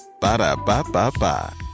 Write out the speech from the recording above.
Ba-da-ba-ba-ba